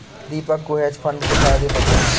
दीपक को hedge fund के फायदे पता है